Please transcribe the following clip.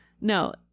No